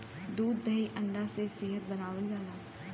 दूध दही अंडा से सेहत बनावल जाला